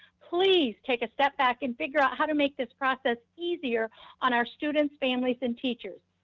please take a step back and figure out how to make this process easier on our students, families, and teachers.